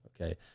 okay